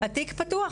התיק פתוח,